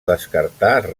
descartar